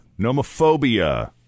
Nomophobia